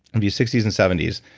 maybe sixty s and seventy s,